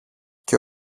και